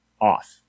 off